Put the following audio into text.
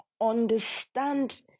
understand